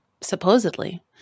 Supposedly